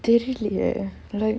தெரிலயே:therilayae like